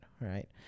right